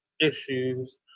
issues